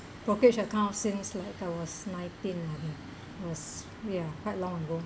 brokerage account since like I was nineteen lah hmm was ya quite long ago